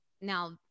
now